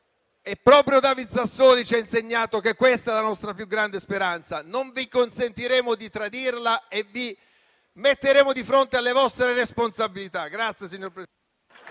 Proprio David Sassoli ci ha insegnato che questa è la nostra più grande speranza: non vi consentiremo di tradirla e vi metteremo di fronte alle vostre responsabilità. PRESIDENTE.